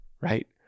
right